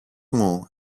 μου